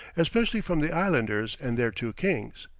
especially from the islanders and their two kings.